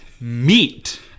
meet